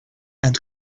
and